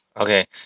Okay